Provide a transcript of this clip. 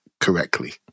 correctly